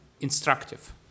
instructive